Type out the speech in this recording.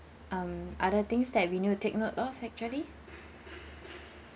um other things that we need to take note of actually